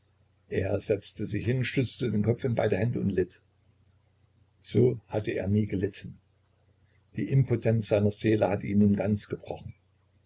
er setzte sich hin stützte den kopf in beide hände und litt so hatte er nie gelitten die impotenz seiner seele hatte ihn nun ganz gebrochen